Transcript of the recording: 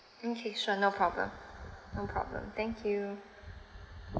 okay sure no problem no problem thank you